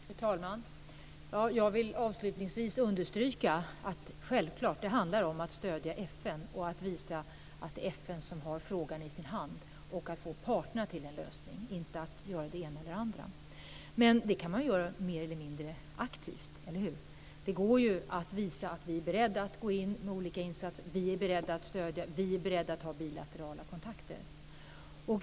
Fru talman! Jag vill avslutningsvis understryka att det självfallet handlar om att stödja FN, att visa att det är FN som har frågan i sin hand och att få parterna till en lösning - inte att göra det ena eller det andra. Men det kan man göra mer eller mindre aktivt. Eller hur? Det går ju att visa att vi är beredda att gå in med olika insatser, att vi är beredda att stödja och att ha bilaterala kontakter.